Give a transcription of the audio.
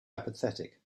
apathetic